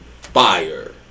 fire